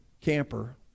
camper